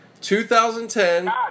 2010